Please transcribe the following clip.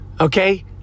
Okay